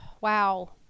wow